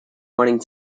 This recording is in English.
morning